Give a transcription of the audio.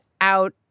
out